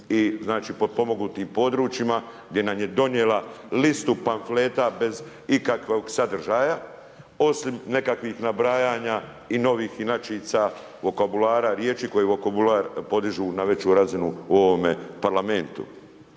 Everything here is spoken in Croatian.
i znači potpomognutim područjima gdje nam je donijela listu pamfleta bez ikakvog sadržaja osim nekakvih nabrajanja i novih inačica, vokabulara, riječi koje vokabular podižu na veću razinu u ovome parlamentu.